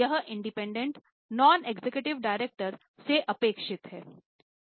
यह independent director से अपेक्षित है